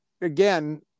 again